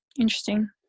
Interesting